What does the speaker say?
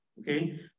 okay